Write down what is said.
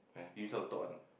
himself will talk one